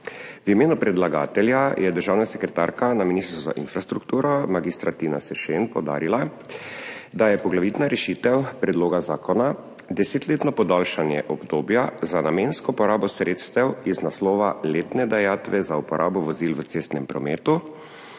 V imenu predlagatelja je državna sekretarka na Ministrstvu za infrastrukturo mag. Tina Sršen poudarila, da je poglavitna rešitev predloga zakona desetletno podaljšanje obdobja za namensko porabo sredstev iz naslova letne dajatve za uporabo vozil v cestnem prometu